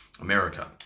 America